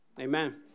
Amen